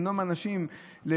למנוע מאנשים את